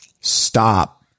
stop